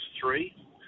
three